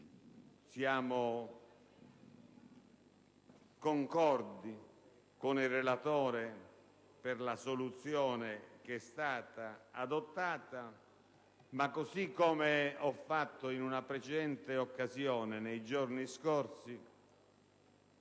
quindi concordi con il relatore per la soluzione che è stata adottata, ma, così come ho fatto in una precedente occasione nei giorni scorsi,